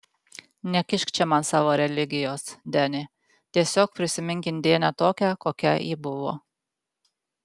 nekišk čia man savo religijos deni tiesiog prisimink indėnę tokią kokia ji buvo